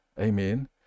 Amen